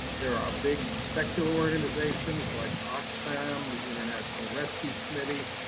there are big secular organizations like oxfam, the international rescue committee,